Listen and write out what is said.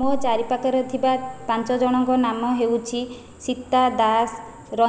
ମୋ ଚାରି ପାଖରେ ଥିବା ପାଞ୍ଚ ଜଣଙ୍କ ନାମ ହେଉଛି ସୀତା ଦାସ